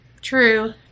True